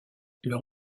leur